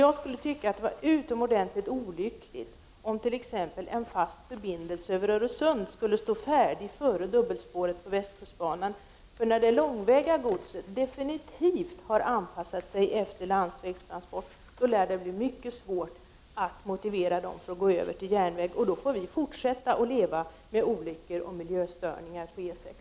Jag tycker att det skulle vara utomordentligt olyckligt om t.ex. en fast förbindelse över Öresund skulle stå färdig före dubbelspåret på västkustbanan. När det långväga transporterandet av gods definitivt har anpassat sig efter landsvägstransporter lär det bli mycket svårt att motivera till en övergång till järnväg. Vi får då fortsätta att leva med olyckor och miljöstörningar på E 6.